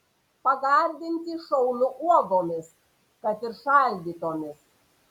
pagardinti šaunu uogomis kad ir šaldytomis